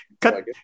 cut